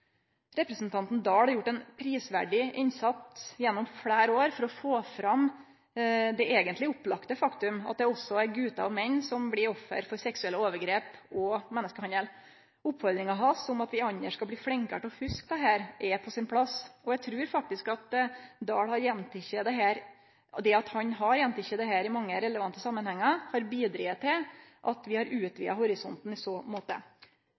Representanten Oktay Dahl har gjort ein prisverdig innsats gjennom fleire år for å få fram det eigentleg opplagte faktum at også gutar og menn blir offer for seksuelle overgrep og menneskehandel. Oppfordringa hans om at vi andre skal bli flinkare til å hugse dette, er på sin plass, og eg trur faktisk at det at Oktay Dahl har gjenteke dette i mange relevante samanhengar, har bidrege til at vi har utvida horisonten i så måte.